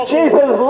Jesus